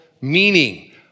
meaning